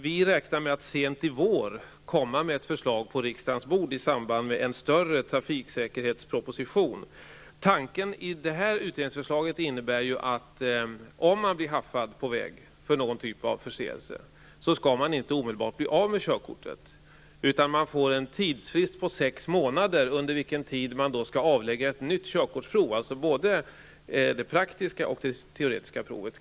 Vi räknar med att sent i vår kunna komma med ett förslag till riksdagen i samband med en större trafiksäkerhetsproposition. Tanken i det här utredningsförslaget är följande: Om man blir haffad på vägen för någon typ av förseelse skall man inte omedelbart bli av med sitt körkort, utan man får en tidsfrist om sex månader. Under den tiden skall man avlägga ett nytt körkortsprov -- både praktiskt och teoretiskt prov.